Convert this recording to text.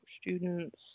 students